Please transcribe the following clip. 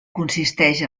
consisteix